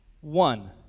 one